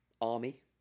army